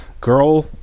girl